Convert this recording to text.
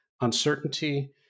uncertainty